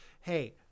hey